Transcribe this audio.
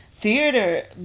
Theater